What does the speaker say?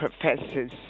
Professors